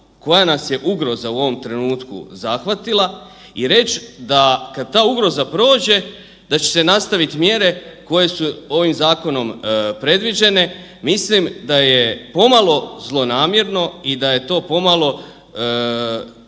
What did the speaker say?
koja nas je ugroza u ovom trenutku zahvatila i reći da kad ta ugroza prođe da će se nastaviti mjere koje su ovim zakonom predviđene, mislim da je pomalo zlonamjerno i da je to pomalo